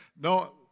No